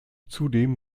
zudem